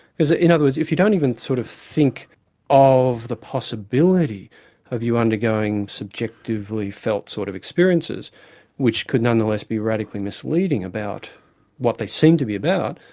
because in other words, if you don't even sort of think of the possibility of you undergoing subjectively felt sort of experiences which could nonetheless be radically misleading about what they seem to be about,